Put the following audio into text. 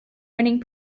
winning